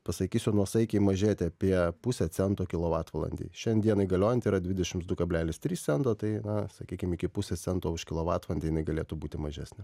pasakysiu nuosaikiai mažėti apie pusę cento kilovatvalandei šiandienai galiojanti yra dvidešims du kablelis trys cento tai na sakykim iki pusės cento už kilovatvalandę jinai galėtų būti mažesnė